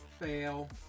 Fail